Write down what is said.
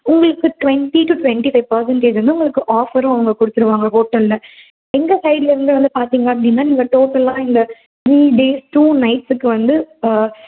உங்களுக்கு twenty to twenty five percentage வந்து உங்களுக்கு ஆஃபரும் அவங்க கொடுத்துருவாங்க ஹோட்டலில் எங்கள் சைட்லேருந்து வந்து பார்த்தீங்க அப்படின்னா நீங்கள் டோட்டல்லாக இந்த த்ரீ டே டூ நைட்ஸ்க்கு வந்து